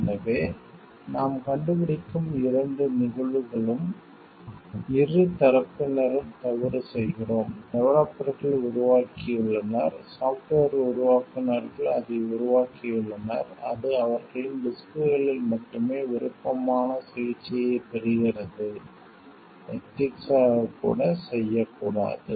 எனவே நாம் கண்டுபிடிக்கும் இரண்டு நிகழ்வுகளிலும் இரு தரப்பினரும் தவறு செய்கிறோம் டெவலப்பர்கள் உருவாக்கியுள்ளனர் சாஃப்ட்வேர் உருவாக்குநர்கள் அதை உருவாக்கியுள்ளனர் அது அவர்களின் டிஸ்க்களில் மட்டுமே விருப்பமான சிகிச்சையைப் பெறுகிறது எதிக்ஸ் ஆகக் கூட செய்யக் கூடாது